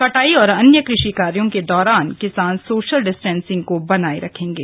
कटाई और अन्य कृषि कार्यो के दौरान किसान सोशल डिस्टेंसिंग को बनाये रखेंगे